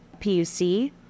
PUC